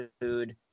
food